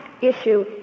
issue